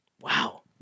Wow